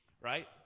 right